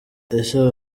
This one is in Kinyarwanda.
ese